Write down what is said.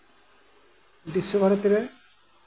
ᱵᱤᱥᱥᱚ ᱵᱷᱟᱨᱚᱛᱤ ᱨᱮ